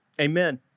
Amen